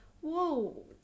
whoa